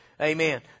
Amen